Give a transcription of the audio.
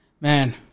man